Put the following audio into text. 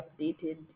updated